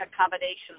accommodations